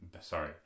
sorry